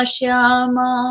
Shama